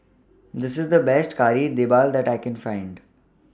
This IS The Best Kari Debal that I Can Find